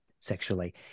sexually